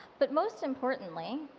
but most importantly,